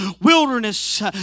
wilderness